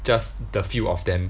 just the few of them